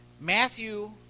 Matthew